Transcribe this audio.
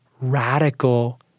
radical